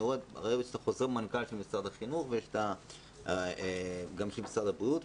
אני רואה חוזר מנכ"ל של משרד החינוך וגם של משרד הבריאות,